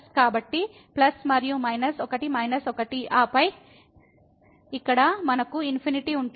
కాబట్టి ప్లస్ మరియు మైనస్ ఒకటి మైనస్ ఒకటి ఆపై ఇక్కడ మనకు ఇన్ఫినిటీ ఉంటుంది